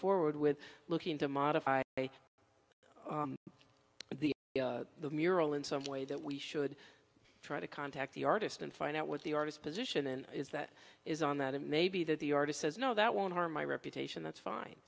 forward with looking to modify the mural in some way that we should try to contact the artist and find out what the artist position in is that is on that it may be that the artist says no that won't harm my reputation that's fine